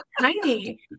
tiny